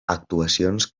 actuacions